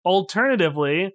Alternatively